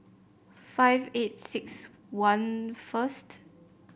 five eight six one first